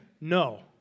no